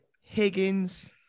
Higgins